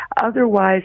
Otherwise